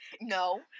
No